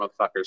motherfuckers